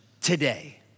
today